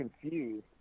confused